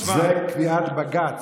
זה קביעת בג"ץ.